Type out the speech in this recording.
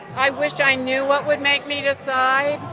i wish i knew what would make me decide.